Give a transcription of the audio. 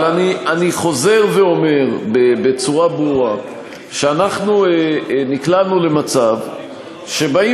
אבל אני חוזר ואומר בצורה ברורה שאנחנו נקלענו למצב שבאים